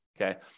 okay